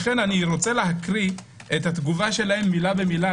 אני רוצה להקריא את התגובה שלהם מילה במילה,